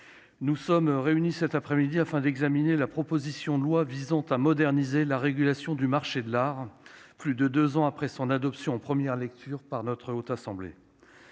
nous sommes réunis cet après-midi afin d'examiner la proposition de loi visant à moderniser la régulation du marché de l'art, plus de deux ans après son adoption en première lecture par la Haute Assemblée.